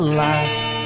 last